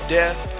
death